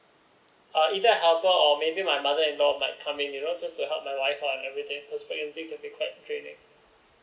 uh either a helper or maybe my mother in law might come in you know just to help my wife on everything post pregnancy can be quite draining